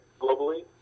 globally